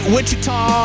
Wichita